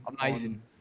Amazing